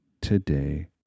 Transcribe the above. today